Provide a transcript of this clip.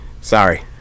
Sorry